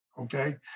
okay